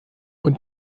und